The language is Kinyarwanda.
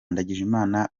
ndagijimana